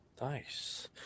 Nice